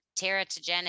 teratogenic